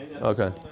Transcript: okay